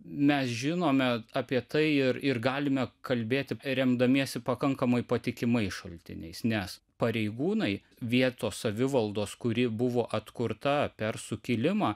mes žinome apie tai ir ir galime kalbėti remdamiesi pakankamai patikimais šaltiniais nes pareigūnai vietos savivaldos kuri buvo atkurta per sukilimą